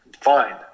Fine